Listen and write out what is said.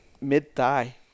mid-thigh